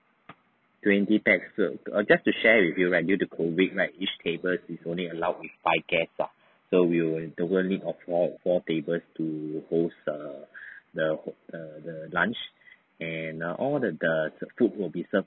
twenty pax err just to share with you right due to COVID right each table is only allowed with five guest lah so we will we'll need of four four tables to host the the the lunch and all the the food will be served